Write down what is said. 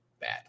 bad